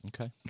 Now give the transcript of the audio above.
Okay